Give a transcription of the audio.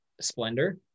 Splendor